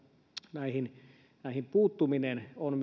näihin näihin puuttuminen on